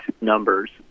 numbers